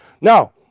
Now